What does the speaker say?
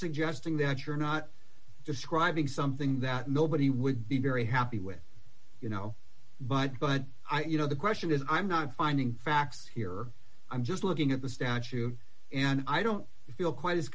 suggesting that you're not describing something that nobody would be very happy with you know but but you know the question is i'm not finding facts here i'm just looking at the statue and i don't feel quite as